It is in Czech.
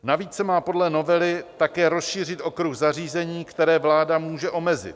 Navíc se má podle novely také rozšířit okruh zařízení, která vláda může omezit.